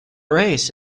race